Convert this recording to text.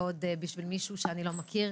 ועוד בשביל מישהו שאני לא מכיר?